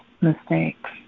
mistakes